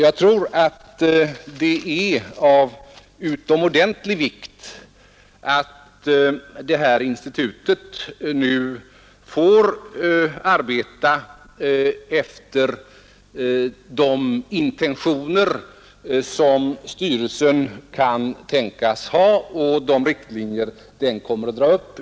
Jag tror att det är av utomordentlig vikt att det här institutet nu får arbeta efter de intentioner som styrelsen har och efter de riktlinjer den kommer att dra upp.